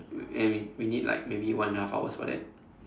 and we we need like maybe one and a half hours for that